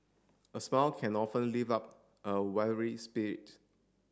a smile can often live up a weary spirit